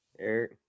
Eric